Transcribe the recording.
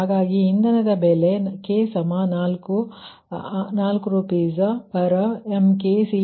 ಹಾಗಾಗಿ ಇಂದನದ ಬೆಲೆ k4 RsMkCal